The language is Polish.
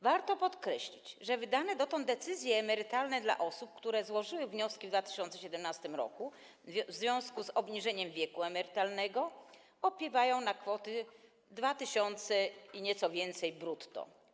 Warto podkreślić, że wydane dotąd decyzje emerytalne dla osób, które złożyły wnioski w 2017 r. w związku z obniżeniem wieku emerytalnego, opiewają na kwoty 2 tys. - i nieco więcej - brutto.